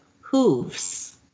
hooves